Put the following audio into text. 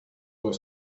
was